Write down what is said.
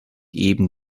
eben